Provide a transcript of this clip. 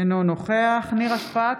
אינו נוכח נירה שפק,